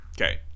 Okay